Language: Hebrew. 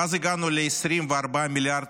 ואז הגענו ל-24 מיליארד